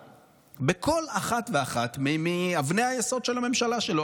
בכל אחת ואחת מאבני היסוד של הממשלה שלו.